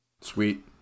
Sweet